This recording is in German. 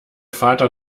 vater